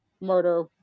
murder